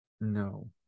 No